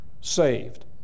saved